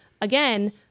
again